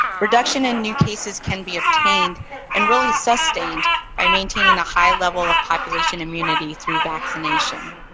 reduction in new cases can be obtained and really sustained by maintaining a high level of population immunity through vaccination.